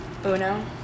Uno